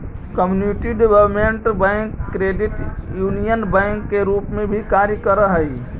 community development bank credit union bank के रूप में भी काम करऽ हइ